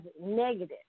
negative